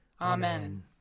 Amen